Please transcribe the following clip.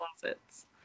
closets